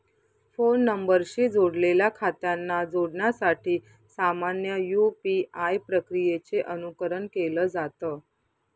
phone नंबरशी जोडलेल्या खात्यांना जोडण्यासाठी सामान्य यू.पी.आय प्रक्रियेचे अनुकरण केलं जात